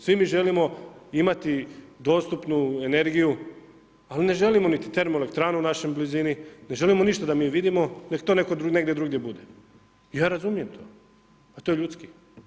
Svi mi želimo imati dostupnu energiju, ali ne želimo niti termoelektranu u našoj blizini, ne želimo ništa da mi vidimo, neka to negdje drugdje bude, ja razumijem to, pa to je ljudski.